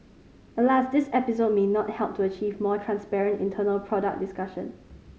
alas this episode may not help to achieve more transparent internal product discussion